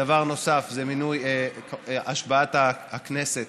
דבר נוסף זה השבעת הכנסת